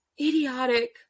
idiotic